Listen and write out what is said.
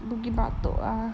bukit batok ah